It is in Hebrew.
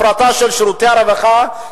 הפרטה של שירותי הרווחה,